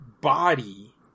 body